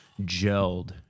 gelled